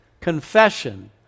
confession